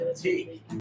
take